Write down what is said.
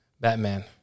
Batman